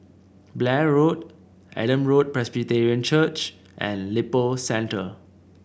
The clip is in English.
Blair Road Adam Road Presbyterian Church and Lippo Centre